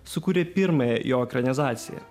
sukūrė pirmąją jo ekranizaciją